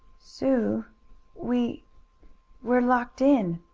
sue we we're locked in!